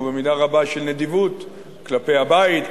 ובמידה רבה של נדיבות כלפי הבית,